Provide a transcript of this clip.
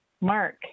mark